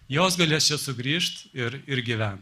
jos galės čia sugrįžt ir ir gyvent